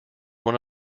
one